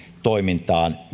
toimintaan